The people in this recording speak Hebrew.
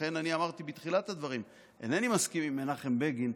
לכן אני אמרתי בתחילת הדברים: אינני מסכים עם מנחם בגין,